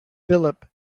philip